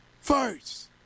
First